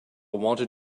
wanted